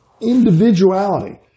individuality